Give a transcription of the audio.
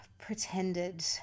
pretended